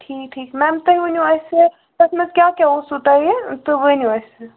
ٹھیٖک ٹھیٖک میم تُہۍ ؤنِو اَسہِ تَتھ منٛز کیٛاہ کیٛاہ اوسوٕ تۄہہِ تُہۍ ؤنِو اَسہِ